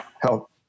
help